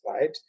right